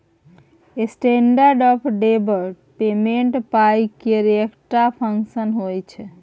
standard of deferred payment पाइ केर एकटा फंक्शन होइ छै